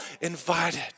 invited